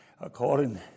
according